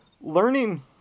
learning